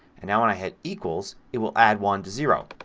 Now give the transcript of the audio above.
and now when i hit equals it will add one to zero.